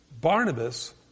Barnabas